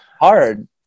hard